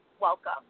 welcome